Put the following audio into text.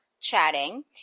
chatting